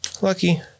Lucky